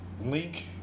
link